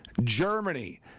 Germany